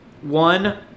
One